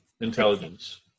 intelligence